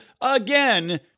again